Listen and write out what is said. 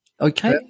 Okay